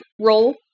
roll